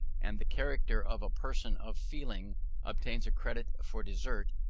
and the character of a person of feeling obtains a credit for desert,